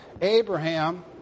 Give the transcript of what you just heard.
Abraham